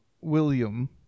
William